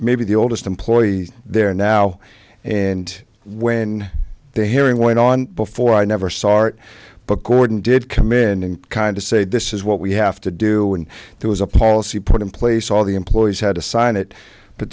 may be the oldest employee there now and when they're hearing went on before i never saw it but gordon did come in and kind to say this is what we have to do and there was a policy put in place all the employees had to sign it but